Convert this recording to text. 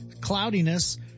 cloudiness